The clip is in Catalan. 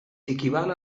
equival